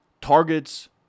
targets